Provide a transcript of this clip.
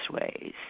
ways